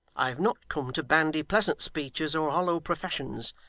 i have not come to bandy pleasant speeches, or hollow professions.